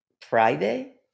Friday